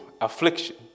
affliction